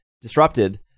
Disrupted